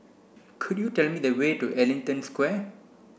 could you tell me the way to Ellington Square